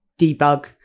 debug